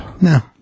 No